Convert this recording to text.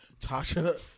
Tasha